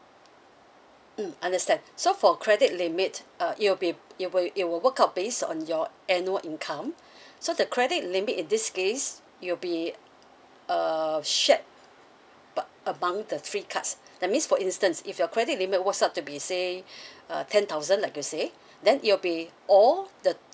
mm understand so for credit limit uh it will be it will it will work out based on your annual income so the credit limit in this case will be uh shared uh among the three cards that means for instance if your credit limit works out to be say uh ten thousand like you say then it'll be all the